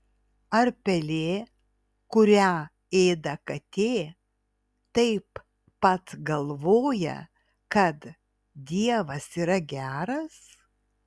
ar pelė kurią ėda katė taip pat galvoja kad dievas yra geras